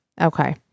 Okay